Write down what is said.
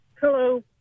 Hello